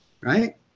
right